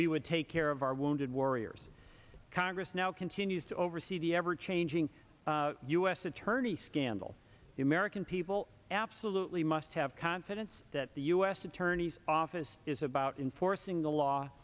we would take care of our wounded warriors congress now continues to oversee the ever changing u s attorney scandal the american people absolutely must have confidence that the u s attorney's office is about inforcing the law